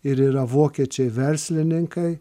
ir yra vokiečiai verslininkai